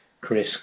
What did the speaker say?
Chris